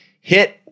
hit –